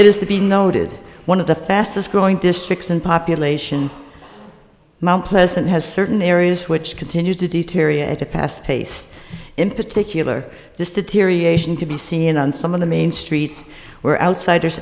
it is to be noted one of the fastest growing districts in population mount pleasant has certain areas which continues to deteriorate the past pace in particular this deterioration can be seen on some of the main streets were outsiders